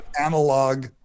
analog